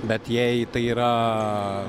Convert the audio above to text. bet jei tai yra